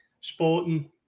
sporting